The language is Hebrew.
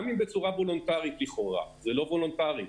גם אם בצורה וולונטרית לכאורה זה לא וולונטרי,